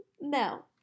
no